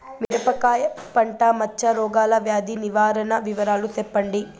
మిరపకాయ పంట మచ్చ రోగాల వ్యాధి నివారణ వివరాలు చెప్పండి?